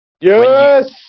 Yes